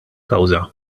kawża